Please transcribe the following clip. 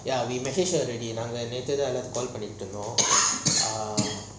ya we message her already நாங்க நேத்து தான்:nanga neathu thaan call பங்கிட்டு இருந்தோம்:panitu irunthom ah